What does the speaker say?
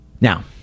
Now